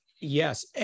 Yes